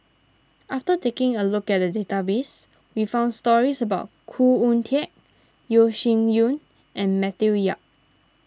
after taking a look at the database we found stories about Khoo Oon Teik Yeo Shih Yun and Matthew Yap